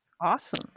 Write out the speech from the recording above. Awesome